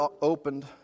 opened